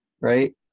right